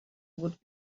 would